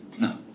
No